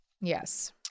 Yes